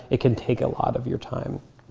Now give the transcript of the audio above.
it can take a lot of your time.